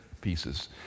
pieces